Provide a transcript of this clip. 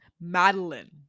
Madeline